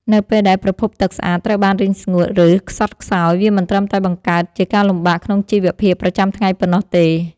នៅពេលដែលប្រភពទឹកស្អាតត្រូវបានរីងស្ងួត ឬខ្សត់ខ្សោយ វាមិនត្រឹមតែបង្កើតជាការលំបាកក្នុងជីវភាពប្រចាំថ្ងៃប៉ុណ្ណោះទេ។